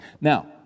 Now